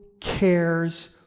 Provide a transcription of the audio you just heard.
cares